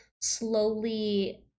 slowly